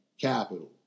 capital